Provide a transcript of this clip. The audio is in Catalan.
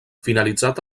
finalitzat